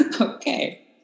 Okay